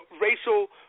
racial